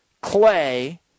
Clay